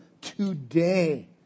today